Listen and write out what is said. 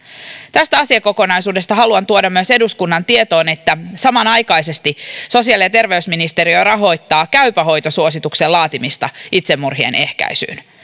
tästä asiakokonaisuudesta haluan tuoda myös eduskunnan tietoon että samanaikaisesti sosiaali ja terveysministeriö rahoittaa käypä hoito suosituksen laatimista itsemurhien ehkäisyyn